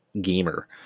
gamer